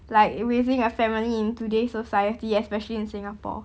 like raising a family in today's society especially in singapore